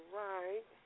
right